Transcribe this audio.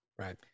Right